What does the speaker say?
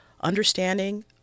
understanding